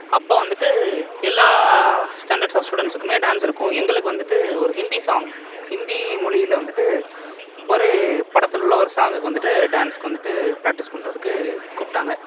அப்போ வந்துட்டு எல்லா ஸ்டாண்டர்ட் ஆஃப் ஸ்டுடெண்ட்ஸ்க்குமே டான்ஸ் இருக்கும் எங்களுக்கு வந்துட்டு ஒரு ஹிந்தி சாங் ஹிந்தி மொழியில் வந்துட்டு ஒரு படத்தில் உள்ள ஒரு சாங்குக்கு வந்துட்டு டான்ஸ்க்கு வந்துட்டு ப்ராக்டிஸ் பண்ணுறதுக்கு கூப்பிட்டாங்க